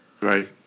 Right